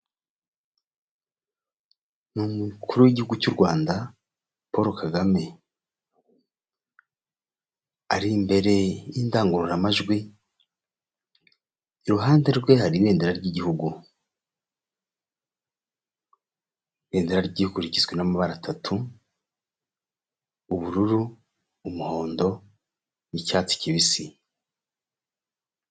Ni umukuru w'igihugu cy'u Rwanda Paul Kagame, ari imbere y'indangururamajwi iruhande rwe hari ibendera ry'igihugu. Ibendera ry'igihugu rigizwe n'amabara atatu; ubururu, umuhondo, n'icyatsi kibisi.